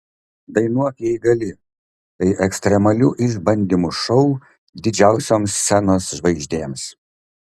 dainuok jei gali tai ekstremalių išbandymų šou didžiausioms scenos žvaigždėms